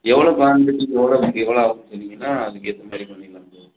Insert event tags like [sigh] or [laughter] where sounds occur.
எவ்வளோ க்வாண்டிட்டிக்கு எவ்வளோ [unintelligible] எவ்வளோ ஆகுன்னு சொன்னீங்கன்னால் அதுக்கு ஏற்ற மாதிரி பண்ணிடலாம் ப்ரோ